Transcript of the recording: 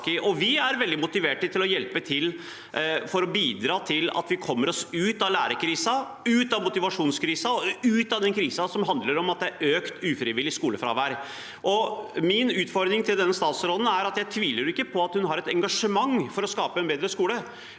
Vi er veldig motivert til å hjelpe til og bidra til at vi kommer oss ut av lærerkrisen, ut av motivasjonskrisen og ut av den krisen som handler om at det er økt ufrivillig skolefravær. Min utfordring til statsråden er: Jeg tviler ikke på at hun har et engasjement for å skape en bedre skole,